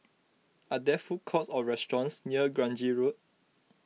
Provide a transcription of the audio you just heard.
are there food courts or restaurants near Grange Road